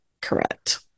Correct